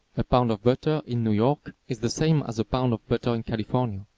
a pound of butter in new york is the same as a pound of butter in california.